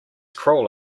cruel